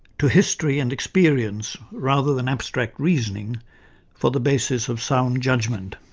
to history and experience rather than abstract reasoning for the basis of sound judgement.